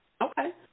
Okay